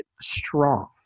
strong